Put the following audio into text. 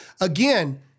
Again